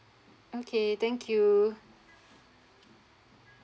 okay thank you